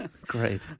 Great